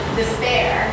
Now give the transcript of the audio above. despair